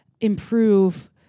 improve